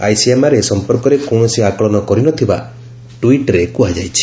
ICMR ଏ ସମ୍ପର୍କରେ କୌଣସି ଆକଳନ କରିନଥିବା ଟ୍ୱିଟ୍ରେ କୁହାଯାଇଛି